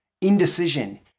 indecision